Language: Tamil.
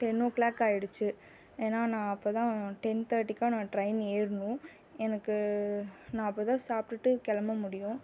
டென் ஓ க்ளாக் ஆயிடுத்து ஏன்னால் நான் அப்போ தான் டென் தேர்ட்டிக்கா நான் ட்ரெயின் ஏறணும் எனக்கு நான் அப்போ தான் சாப்பிட்டுட்டு கிளம்ப முடியும்